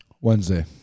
Wednesday